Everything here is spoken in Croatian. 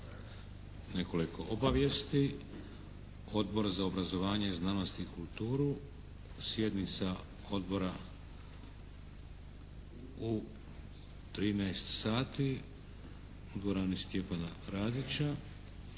Nekoliko obavijesti. Odbor za obrazovanje, znanost i kulturu, sjednica odbora u 13,00 sati u dvorani "Stjepana Radića".